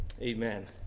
Amen